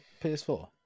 PS4